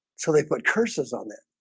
so they put curses on that